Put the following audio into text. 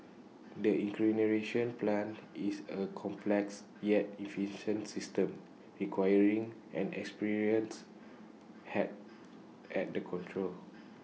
the incineration plant is A complex yet efficient system requiring an experienced hand at the controls